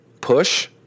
push